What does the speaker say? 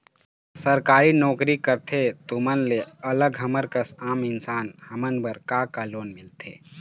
सरकारी नोकरी करथे तुमन ले अलग हमर कस आम इंसान हमन बर का का लोन मिलथे?